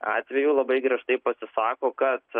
atvejų labai griežtai pasisako kad